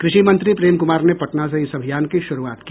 कृषि मंत्री प्रेम कुमार ने पटना से इस अभियान की शुरूआत की